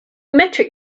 metric